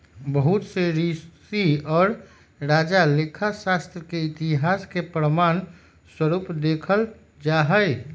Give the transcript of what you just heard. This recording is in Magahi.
बहुत से ऋषि और राजा लेखा शास्त्र के इतिहास के प्रमाण स्वरूप देखल जाहई